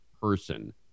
person